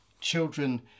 children